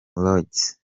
lodge